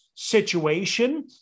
situation